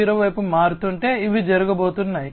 0 వైపు మారుతుంటే ఇవి జరగబోతున్నాయి